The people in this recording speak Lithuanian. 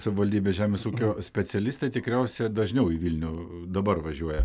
savivaldybės žemės ūkio specialistai tikriausia dažniau į vilnių dabar važiuoja